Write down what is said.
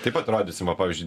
taip pat rodysim va pavyzdžiui